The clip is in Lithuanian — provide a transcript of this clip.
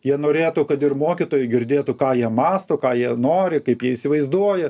jie norėtų kad ir mokytojai girdėtų ką jie mąsto ką jie nori kaip jie įsivaizduoja